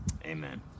Amen